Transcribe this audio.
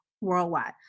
worldwide